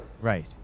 Right